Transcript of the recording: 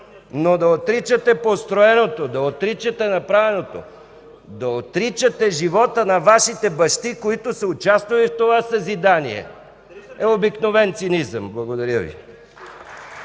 но да отричате построеното, да отричате направеното, да отричате живота на Вашите бащи, които са участвали в това съзидание, е обикновен цинизъм. Благодаря Ви.